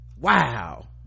Wow